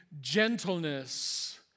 gentleness